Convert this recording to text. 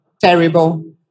terrible